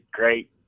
great